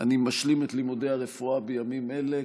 אני משלים את לימודי הרפואה בימים אלה.